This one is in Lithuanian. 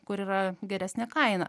kur yra geresnė kaina